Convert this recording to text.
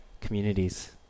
communities